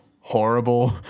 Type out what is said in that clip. horrible